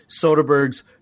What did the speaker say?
Soderbergh's